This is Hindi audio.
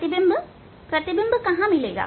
प्रतिबिंब प्रतिबिंब कहां मिलेगा